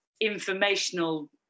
informational